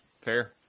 fair